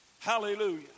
Hallelujah